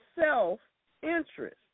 self-interest